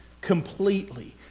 completely